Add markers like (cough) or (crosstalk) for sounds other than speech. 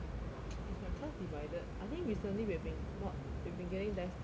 (noise) is my class divided I think recently we've been not we've been getting less divided